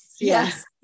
Yes